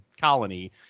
colony